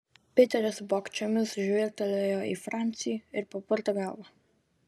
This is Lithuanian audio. piteris vogčiomis žvilgtelėjo į francį ir papurtė galvą